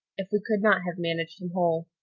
if we could not have managed him whole.